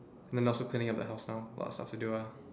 then also cleaning up the house now got a lot of stuff to do ah